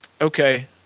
okay